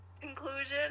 conclusion